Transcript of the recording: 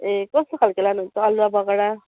ए कस्तो खालको लानुहुन्छ अलुवा बगडा